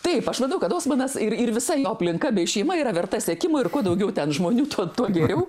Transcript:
taip aš manau kad osmanas ir ir visa jo aplinka bei šeima yra verta sekimo ir kuo daugiau ten žmonių tuo tuo geriau